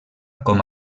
com